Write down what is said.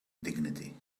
dignity